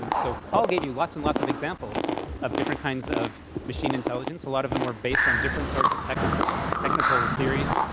and so paul gave you lots and lots of examples of different kinds of machine intelligence. a lot of them were based on different sorts of technical technical theories.